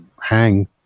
hang